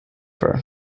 her